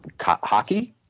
hockey